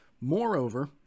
Moreover